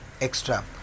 extra